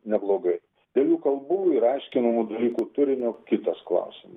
neblogai dėl jų kalbų ir aiškinamų dalykų turinio kitas klausimas